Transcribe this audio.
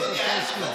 אמרת שאתה מסכים.